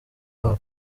babo